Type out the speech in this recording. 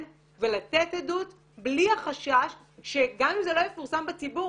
ולתת עדות בלי החשש שגם אם זה לא יפורסם בציבור